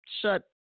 shut